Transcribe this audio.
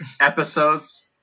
episodes